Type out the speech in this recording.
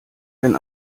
wenn